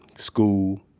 school.